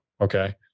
Okay